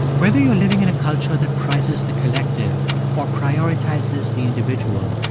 whether you're living in a culture that prizes the collective or prioritizes the individual,